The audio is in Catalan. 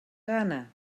gana